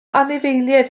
anifeiliaid